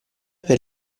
per